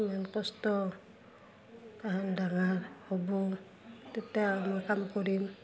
ইমান কষ্ট কাৰাহান ডাঙৰ হ'ব তেতিয়া আমি কাম কৰিম